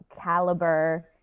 caliber